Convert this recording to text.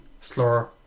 slur